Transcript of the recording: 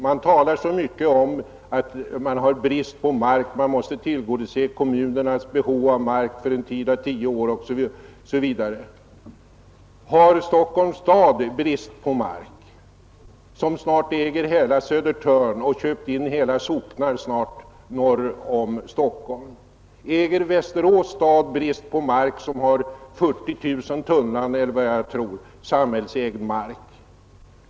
Man talar så mycket om att det är brist på mark, att kommunernas markbehov måste tillgodoses för en tid av tio år osv. Har Stockholms stad, som äger hela Södertörn och köpt in hela socknar norr om Stockholm, brist på mark? Har Västerås stad, som har 40 000 tunnland samhällsägd mark, brist på mark?